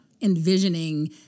envisioning